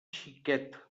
xiquet